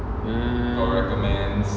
hmm